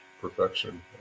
perfection